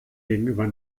gegenüber